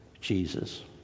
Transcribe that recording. Jesus